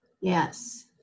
yes